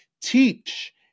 teach